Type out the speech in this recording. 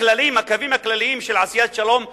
הקווים הכלליים של עשיית שלום ברורים,